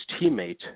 teammate